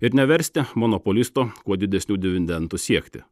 ir neversti monopolisto kuo didesnių dividendų siekti